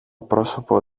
πρόσωπο